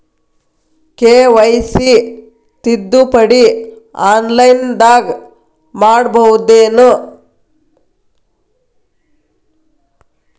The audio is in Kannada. ಕೆ.ವೈ.ಸಿ ತಿದ್ದುಪಡಿ ಆನ್ಲೈನದಾಗ್ ಮಾಡ್ಬಹುದೇನು?